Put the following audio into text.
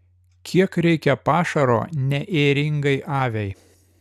kiek reikia pašaro neėringai aviai